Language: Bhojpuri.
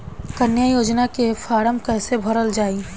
कन्या योजना के फारम् कैसे भरल जाई?